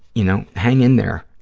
you know, hang in there.